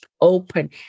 open